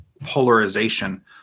polarization